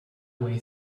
way